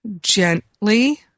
gently